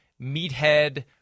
meathead